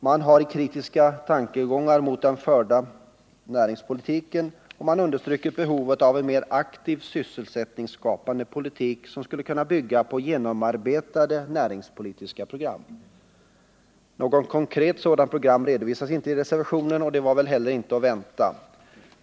Man är kritisk mot den förda näringspolitiken, och man understryker behovet av en aktiv sysselsättningsskapande politik som skulle kunna bygga på genomarbetade näringspolitiska program. Något konkret sådant program redovisas inte i reservationen, och det var väl heller inte att vänta.